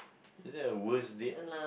is there a worst date